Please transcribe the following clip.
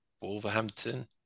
Wolverhampton